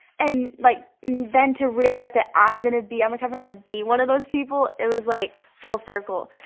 and like then to realize that i'm going to be on the cover, and like be one of those people it was like full circle.